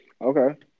Okay